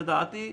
לדעתי,